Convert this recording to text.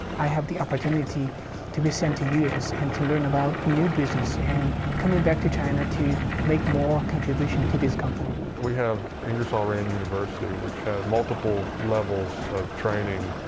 i have the opportunity to be sent to the us and to learn about new business and coming back to china to make more contributions to this company. we have ingersoll rand university which has multiple levels of training,